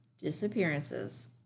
disappearances